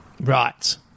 Right